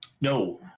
No